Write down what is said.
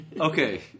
Okay